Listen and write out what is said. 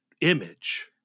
image